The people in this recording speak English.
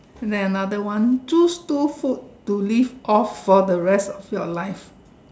then another one choose two food to live off for the rest of your life